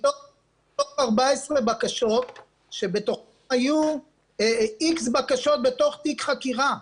מתוך 14 בקשות שבתוכן היו X בקשות בתוך תיק חקירה,